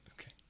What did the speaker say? Okay